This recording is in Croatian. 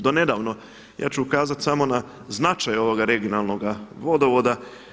Do nedavno ja ću ukazati samo na značaj ovoga regionalnoga vodovoda.